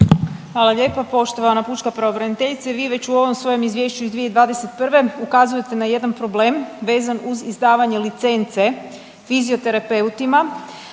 Hvala lijepa. Poštovana pučka pravobraniteljice, vi već u ovom svojem izvješću iz 2021. ukazujete na jedan problem vezan uz izdavanje licence fizioterapeutima,